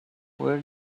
where